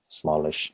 smallish